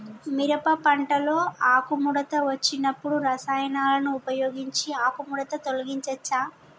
మిరప పంటలో ఆకుముడత వచ్చినప్పుడు రసాయనాలను ఉపయోగించి ఆకుముడత తొలగించచ్చా?